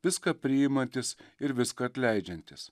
viską priimantis ir viską atleidžiantis